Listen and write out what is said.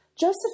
Joseph